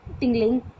tingling